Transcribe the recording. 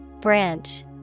Branch